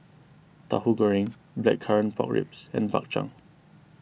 Tauhu Goreng Blackcurrant Pork Ribs and Bak Chang